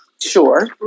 sure